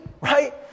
right